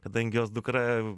kadangi jos dukra